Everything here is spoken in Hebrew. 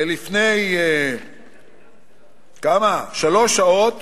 לפני שלוש שעות